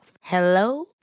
Hello